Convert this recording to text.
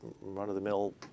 run-of-the-mill